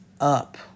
up